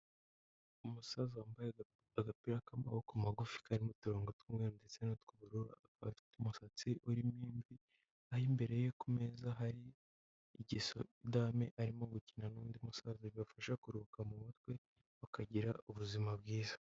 Umusaza wambaye agapira k'amaboko magufi karimo uturongo tw'umweru ndetse n'utwuubururu, afite umusatsi urimo imvi. Naho imbere ye ku meza hari igisoro dame arimo gukina n'undi musaza bibafasha kuruhuka mu mutwe bakagira ubuzima bwiza.